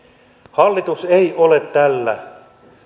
hallitus ei ole tällä